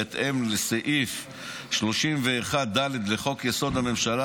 בהתאם לסעיף 31(ד) לחוק-יסוד: הממשלה,